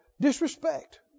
disrespect